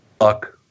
luck